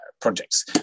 projects